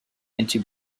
into